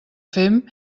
fem